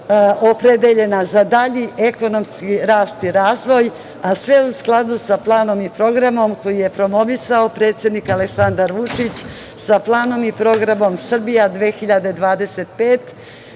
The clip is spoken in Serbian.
za dalji ekonomski rast i razvoj, a sve u skladu sa planom i programom koji je promovisao predsednik Aleksandar Vučić, sa planom i programom „Srbija 2025“,